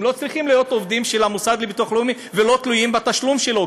הם לא צריכים להיות עובדים של המוסד לביטוח לאומי ותלויים בתשלום שלו,